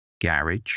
Garage